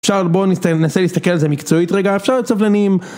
אפשר, בוא נס-ננסה להסתכל על זה מקצועית רגע, אפשר להיות סבלניים,